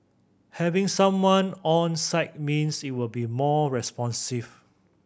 having someone on site means it will be more responsive